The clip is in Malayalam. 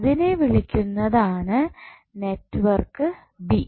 അതിനെ വിളിക്കുന്നത് ആണ് നെറ്റ്വർക്ക് ബി